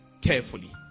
carefully